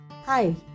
Hi